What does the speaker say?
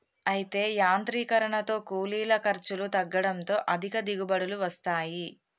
అయితే యాంత్రీకరనతో కూలీల ఖర్చులు తగ్గడంతో అధిక దిగుబడులు వస్తాయి